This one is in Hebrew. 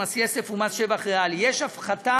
מס יסף ומס שבח ריאלי: יש הפחתה,